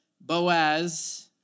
Boaz